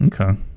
Okay